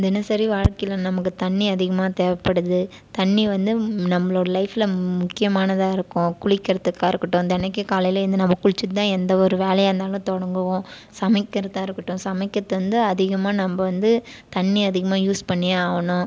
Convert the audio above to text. தினசரி வாழ்க்கையில் நமக்கு தண்ணி அதிகமாக தேவைப்படுது தண்ணி வந்து நம்மளோடய லைஃபில் முக்கியமானதாக இருக்கும் குளிக்கிறதுக்காக இருக்கட்டும் தினைக்கும் காலையில் எழுந்து நாம் குளித்துட்டுத்தான் எந்த ஒரு வேலையாக இருந்தாலும் தொடங்குவோம் சமைக்கிறதாக இருக்கட்டும் சமைக்கிறதில் இருந்து அதிகமாக நம்ம வந்து தண்ணி அதிகமாக யூஸ் பண்ணியே ஆகணும்